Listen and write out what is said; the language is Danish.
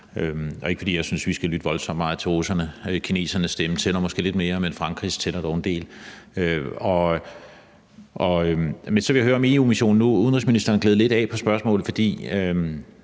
ikke, fordi jeg synes, at vi skal lytte voldsomt meget til russerne – kinesernes stemme tæller måske lidt mere – men Frankrigs stemme tæller dog en del. Men så vil jeg høre om EU-missionen. Udenrigsministeren gled lidt af på spørgsmålet, for